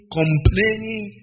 complaining